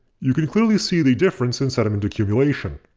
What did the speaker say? you can clearly see the difference in sediment accumulation.